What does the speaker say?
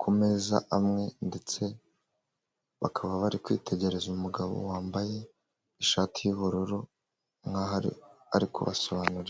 ku meza amwe ndetse bakaba bari kwitegereza umugabo wambaye ishati y'ubururu nkaho ari kubasobanuririra.